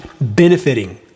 benefiting